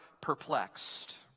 perplexed